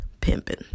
pimping